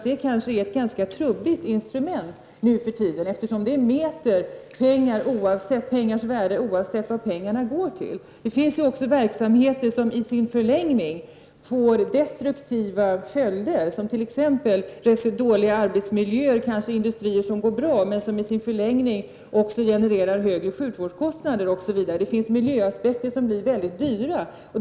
Det kanske är ett ganska trubbigt instrument nu för tiden eftersom det mäter pengars värde oavsett vad pengarna går till. Det finns ju verksamheter som i sin förlängning får destruktiva följder, t.ex. dåliga arbetsmiljöer, kanske industrier som går bra men som med tiden också genererar högre sjukvårdskostnader, osv. Det finns miljöaspekter som blir väldigt dyra.